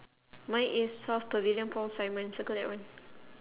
mine is south pavilion paul simon circle that one